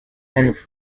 and